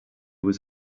was